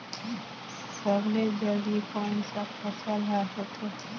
सबले जल्दी कोन सा फसल ह होथे?